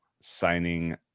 signing